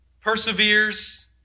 perseveres